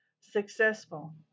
Successful